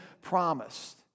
promised